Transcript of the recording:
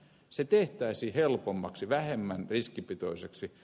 se tehtäisiin helpommaksi vähemmän riskipitoiseksi